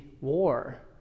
war